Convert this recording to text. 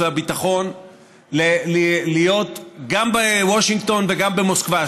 והביטחון להיות גם בוושינגטון וגם במוסקבה,